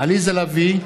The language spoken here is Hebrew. עליזה לביא,